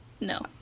No